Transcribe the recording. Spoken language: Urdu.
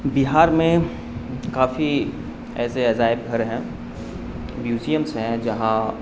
بہار میں کافی ایسے عذائب گھر ہیں میوزیمس ہیں جہاں